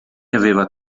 aveva